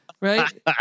right